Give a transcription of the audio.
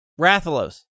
Rathalos